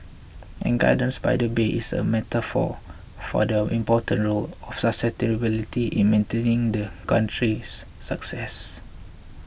and gardens by the bay is a metaphor for the important role of sustainability in maintaining the country's success